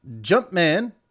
Jumpman